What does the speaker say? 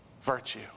Virtue